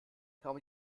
kaum